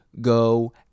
go